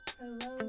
hello